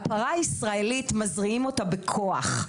הפרה הישראלית מזריעים אותה בכוח,